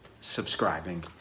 subscribing